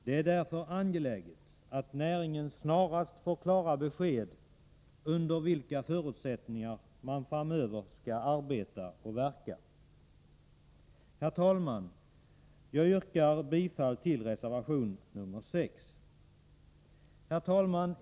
Det är därför angeläget att näringen snarast får klara besked under vilka förutsättningar man framöver skall arbeta och verka. Herr talman! Jag yrkar bifall till reservation nr 6. Herr talman!